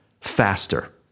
faster